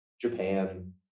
Japan